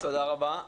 תודה רבה.